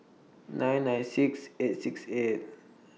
nine nine six eight six eight